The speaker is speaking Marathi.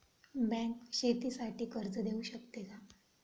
बँक शेतीसाठी कर्ज देऊ शकते का?